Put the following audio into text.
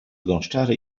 gąszczary